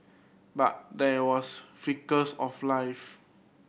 but there was flickers of life